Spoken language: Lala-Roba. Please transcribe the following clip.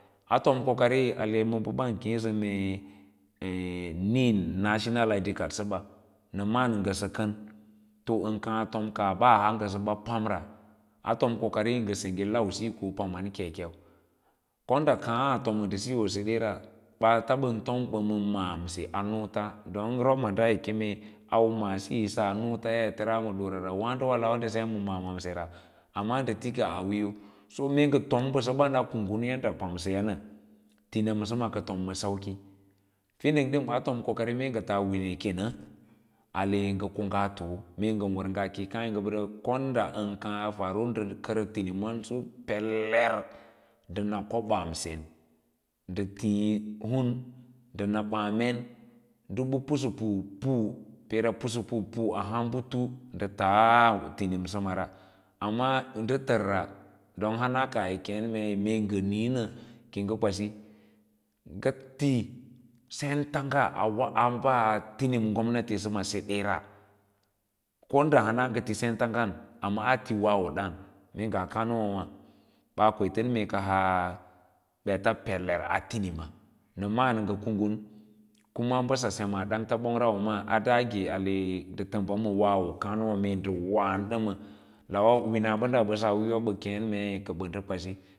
A tom kokari ale ba ban keesa mee ee nim national id card sabe na malan ngasa kan toan kaa tom kaa baa haa ngasa bap amra a tom kokari nga sengge lau siyo ko pama nda kekeu ko sa kaa a tom nda siyo sedara baats ban tom ba ma maamse a nots don robma daa yi keme au maasi yisa nods yay i karaa ma dora waadowe lawa nda semm maa maa msera amma nda li kaag a wiiyo me tom basaba a kunggum yadda pamsayen na tinima sa ma ka ton ma sauki fiding sam a tom kokari mee taa wine ken a ae nga ko nga to’o mee nga war ngaa kiyi kaa tyi nga badau konda an kaa faru kar tinims so pelev nda na kobamsen nda tihim nda na baame dubu pusapu pu peeve pusapu ahaa butu nda taa tinimsama ra aam nda tar ra don hana kaah yi keen mee nga niin nak iyi nga kwsi nga tis ents nga a baa tinima gomnati sama sedera ko da hana nga ti senta ngan amma a ti wawo daan mee nga kaa no wawa ban ken ka as beta pelar tinima ma’am nga kungyen kuma basa sem ae dangta bongra dam wa maa a dage ahe nda tamba ma wawo kaanawa mee nda wan dama lawa wina badaa wiiyo b aba kee mee ka ban da kwasi.